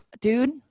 dude